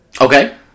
okay